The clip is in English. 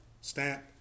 stamp